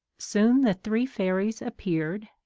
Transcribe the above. soon the three fairies appeared,